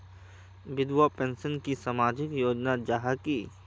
विधवा पेंशन की सामाजिक योजना जाहा की?